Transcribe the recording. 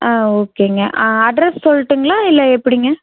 ஆ ஓகேங்க அட்ரஸ் சொல்லிட்டுங்களா இல்லை எப்படிங்க